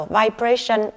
vibration